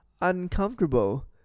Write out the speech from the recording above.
uncomfortable